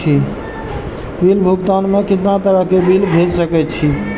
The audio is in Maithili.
बिल भुगतान में कितना तरह के बिल भेज सके छी?